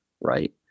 right